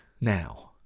now